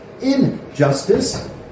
Injustice